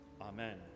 Amen